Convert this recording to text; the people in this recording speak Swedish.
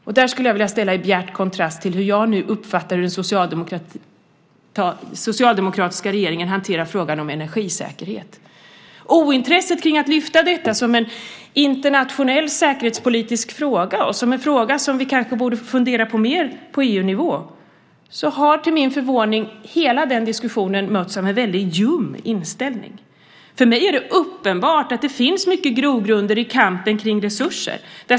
Detta skulle jag vilja ställa i bjärt kontrast till hur jag nu uppfattar att den socialdemokratiska regeringen hanterar frågan om energisäkerhet. Ointresset har varit stort kring att lyfta upp detta som en internationell säkerhetspolitisk fråga och en fråga som vi på EU-nivå kanske borde fundera mer på. Hela den diskussionen har till min förvåning mötts av en väldigt ljum inställning. För mig är det uppenbart att det finns mycket grogrunder i kampen om resurser.